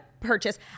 purchase